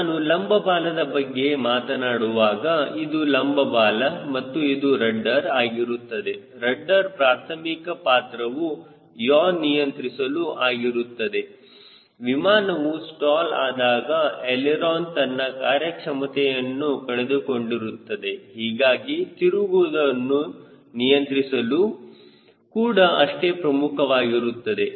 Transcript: ನಾನು ಲಂಬ ಬಾಲದ ಬಗ್ಗೆ ಮಾತನಾಡುವಾಗ ಇದು ಲಂಬ ಬಾಲ ಮತ್ತು ಇದು ರಡ್ಡರ್ ಆಗಿರುತ್ತದೆ ರಡ್ಡರ್ ಪ್ರಾರ್ಥಮಿಕ ಪಾತ್ರವು ಯಾ ನಿಯಂತ್ರಿಸುವುದು ಆಗಿರುತ್ತದೆ ವಿಮಾನವು ಸ್ಟಾಲ್ ಆದಾಗ ಏಲೆರೊನ್ ತನ್ನ ಕಾರ್ಯಕ್ಷಮತೆಯನ್ನು ಕಳೆದುಕೊಂಡಿರುತ್ತದೆ ಹೀಗಾಗಿ ತಿರುಗುವುದನ್ನು ನಿಯಂತ್ರಿಸುವುದು ಕೂಡ ಅಷ್ಟೇ ಪ್ರಮುಖವಾಗಿರುತ್ತದೆ